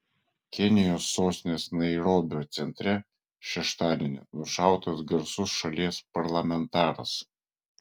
kenijos sostinės nairobio centre šeštadienį nušautas garsus šalies parlamentaras